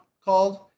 called